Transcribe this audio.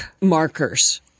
markers